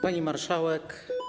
Pani Marszałek!